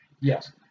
Yes